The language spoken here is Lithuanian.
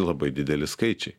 labai dideli skaičiai